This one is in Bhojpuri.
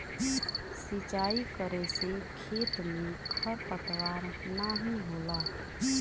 सिंचाई करे से खेत में खरपतवार नाहीं होला